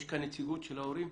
יש כאן נציגות של ההורים?